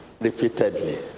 repeatedly